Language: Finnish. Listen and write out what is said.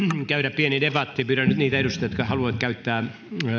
käydä pieni debatti pyydän nyt niitä edustajia jotka haluavat käyttää